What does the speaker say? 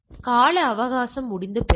எனவே கால அவகாசம் முடிந்த பிறகு